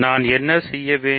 நான் என்ன செய்ய வேண்டும்